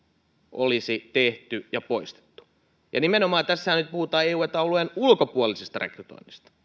olisi tehty ja poistettu nimenomaan tässähän nyt puhutaan eu ja eta alueen ulkopuolisesta rekrytoinnista